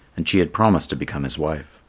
and she had promised to become his wife.